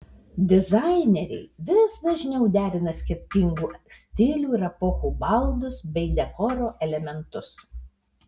dizaineriai vis dažniau derina skirtingų stilių ir epochų baldus bei dekoro elementus